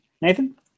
Nathan